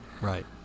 right